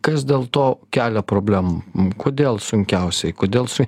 kas dėl to kelia problem kodėl sunkiausiai kodėl su